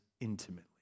intimately